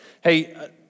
Hey